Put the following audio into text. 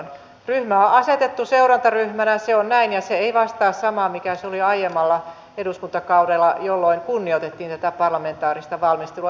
ryhmä on asetettu seurantaryhmänä se on näin ja se ei vastaa samaa mikä se oli aiemmalla eduskuntakaudella jolloin kunnioitettiin tätä parlamentaarista valmistelua